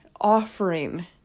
offering